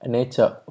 Nature